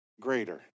greater